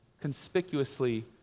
conspicuously